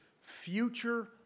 future